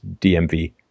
DMV